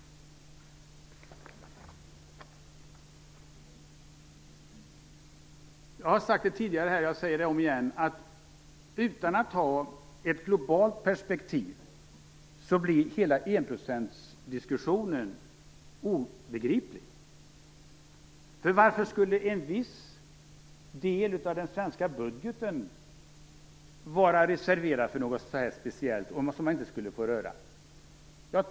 Jag har sagt det tidigare, och jag säger det om igen: Utan ett globalt perspektiv blir enprocentsdiskussionen obegriplig. Varför skulle en viss del av den svenska budgeten vara reserverad för något speciellt, som man inte skulle få röra?